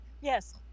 Yes